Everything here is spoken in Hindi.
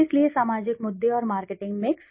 इसलिए सामाजिक मुद्दे और मार्केटिंग मिक्स